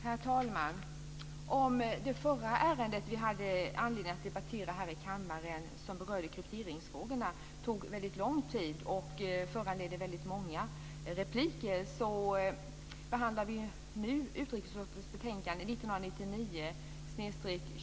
Herr talman! Det förra ärendet vi hade anledning att debattera här i kammaren rörde krypteringsfrågor, tog väldigt lång tid och föranledde väldigt många repliker. Nu behandlar vi utrikesutskottets betänkande Finland.